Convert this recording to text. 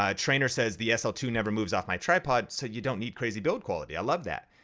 ah trainer says, the s l two never moves off my tripod, so you don't need crazy build quality, i love that.